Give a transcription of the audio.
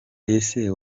ese